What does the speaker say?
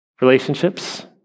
relationships